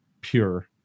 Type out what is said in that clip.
pure